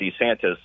DeSantis